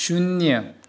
शुन्य